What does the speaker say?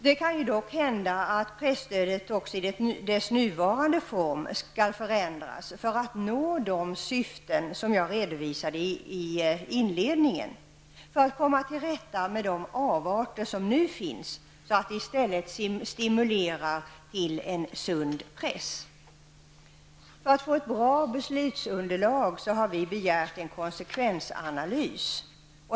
Det kan dock hända att presstödet också i sin nuvarande form helt skall förändras för att de syften skall kunna uppnås som jag har redovisat i inledningen. Det gäller ju att komma till rätta med de avarter som nu finns och att i stället stimulera till en sund press. För att få ett bra beslutsunderlag har vi begärt en konsekvensanalys.